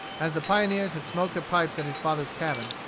as the pioneers had smoked their pipes at his father's cabin